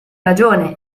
ragione